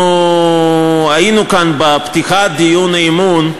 אנחנו היינו כאן בפתיחת דיון האי-אמון,